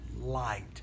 light